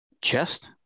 chest